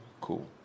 cool